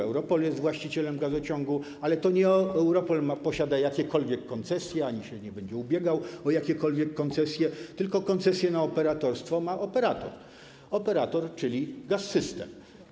EuRoPol jest właścicielem gazociągu, ale to nie EuRoPol posiada jakiekolwiek koncesje ani nie będzie się ubiegał o jakiekolwiek koncesje, tylko koncesje na operatorstwo ma operator, czyli Gaz-System.